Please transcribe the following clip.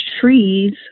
trees